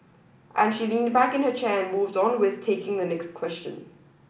and she leaned back into her chair and moved on with taking the next question